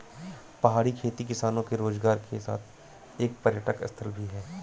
पहाड़ी खेती किसानों के रोजगार के साथ एक पर्यटक स्थल भी है